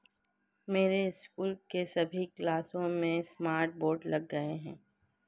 मेरे स्कूल के सभी क्लासरूम में स्मार्ट बोर्ड लग गए हैं